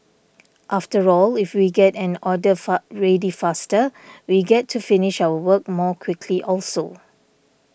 after all if we get an order fast ready faster we get to finish our work more quickly also